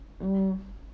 oh